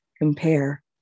compare